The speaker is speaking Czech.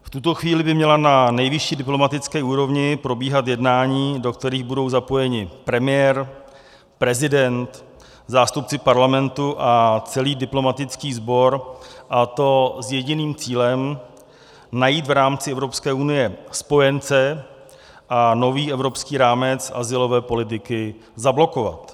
V tuto chvíli by měla na nejvyšší diplomatické úrovni probíhat jednání, do kterých budou zapojeni premiér, prezident, zástupci Parlamentu a celý diplomatický sbor, a to s jediným cílem: najít v rámci Evropské unie spojence a nový evropský rámec azylové politiky zablokovat.